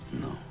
No